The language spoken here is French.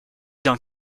dans